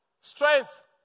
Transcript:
Strength